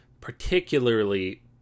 particularly